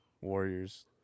Warriors